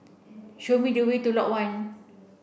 show me the way to Lot One